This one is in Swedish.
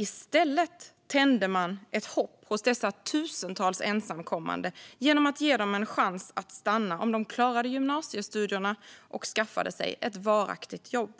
I stället tände man ett hopp hos dessa tusentals ensamkommande genom att ge dem en chans att stanna om de klarade gymnasiestudierna och skaffade sig ett varaktigt jobb.